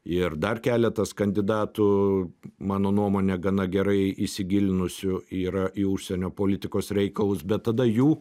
ir dar keletas kandidatų mano nuomone gana gerai įsigilinusių yra į užsienio politikos reikalus bet tada jų